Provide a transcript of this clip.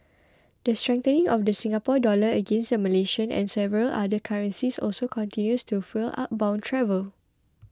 the strengthening of the Singapore Dollar against the Malaysian and several other currencies also continues to fuel outbound travel